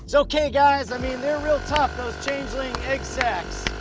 so okay guys i mean they're real tough those changeling egg sacks!